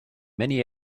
many